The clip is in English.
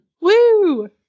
Woo